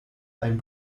einen